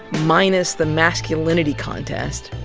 minus the masculinity contest.